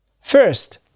First